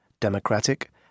democratic